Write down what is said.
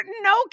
no